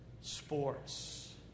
sports